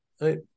right